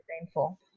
painful